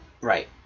Right